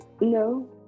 No